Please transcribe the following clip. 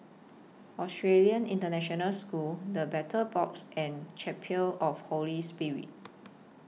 Australian International School The Battle Box and Chapel of Holy Spirit